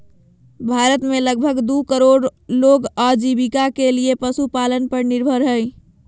भारत में लगभग दू करोड़ लोग आजीविका के लिये पशुपालन पर निर्भर हइ